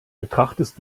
betrachtest